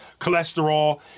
cholesterol